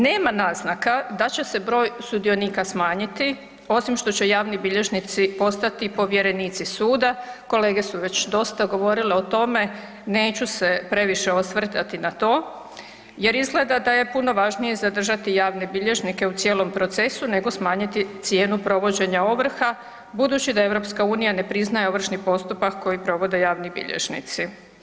Nema naznaka da će broj sudionika smanjiti osim što će javni bilježnici postati povjerenici suda, kolege su već dosta govorile o tome, neću se previše osvrtati na to jer izgleda da je puno važnije zadržati javne bilježnike u cijelom procesu nego smanjiti cijenu provođenja ovrha budući da EU ne priznaje ovršni postupak koji provode javni bilježnici.